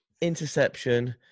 interception